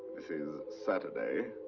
this is saturday.